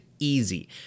Easy